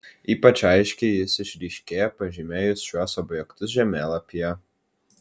ypač aiškiai jis išryškėja pažymėjus šiuos objektus žemėlapyje